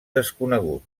desconegut